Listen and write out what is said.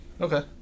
okay